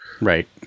Right